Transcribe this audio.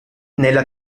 nella